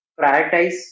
prioritize